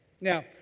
Now